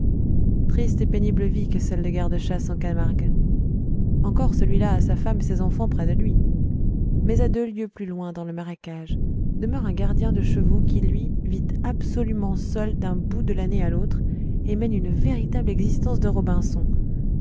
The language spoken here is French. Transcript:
triste et pénible vie que celle de garde-chasse en camargue encore celui-là a sa femme et ses enfants près de lui mais à deux lieues plus loin dans le marécage demeure un gardien de chevaux qui lui vit absolument seul d'un bout de l'année à l'autre et mène une véritable existence de robinson